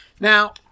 Now